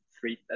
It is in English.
Three